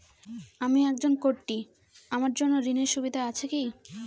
আমি একজন কট্টি আমার জন্য ঋণের সুবিধা আছে কি?